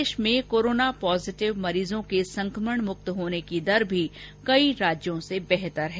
प्रदेश में corona positive मरीजों के संक्रमण मुक्त होने की दर भी कई राज्यों से बेहतर है